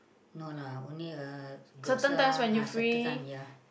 no lah only uh got some ah certain some yeah